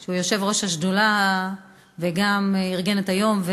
שהוא יושב-ראש השדולה וגם ארגן את היום,